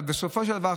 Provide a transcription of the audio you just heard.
אבל בסופו של דבר,